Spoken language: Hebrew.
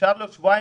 ונשאר לו שבועיים,